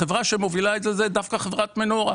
החברה שמובילה את זה היא דווקא חברת מנורה.